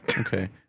Okay